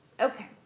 Okay